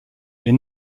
est